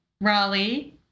Raleigh